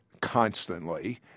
constantly